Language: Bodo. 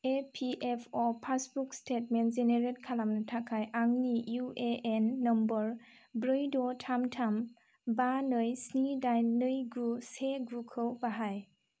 एपिएफअ पासबुक स्टेटमेन्ट जेनरेट खालामनो थाखाय आंनि इउएएन नम्बर ब्रै द' थाम थाम बा नै स्नि दाइन नै गु से गु खौ बाहाय